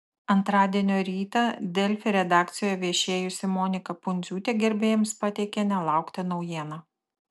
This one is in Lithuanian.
antradienio rytą delfi redakcijoje viešėjusi monika pundziūtė gerbėjams pateikė nelauktą naujieną